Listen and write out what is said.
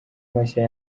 mashya